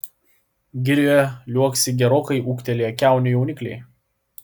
girioje liuoksi gerokai ūgtelėję kiaunių jaunikliai